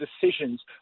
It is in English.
decisions